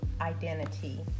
identity